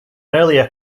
earlier